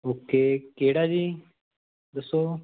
okay ਕਿਹੜਾ ਜੀ ਦੱਸੋ